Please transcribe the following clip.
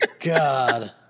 God